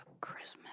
Christmas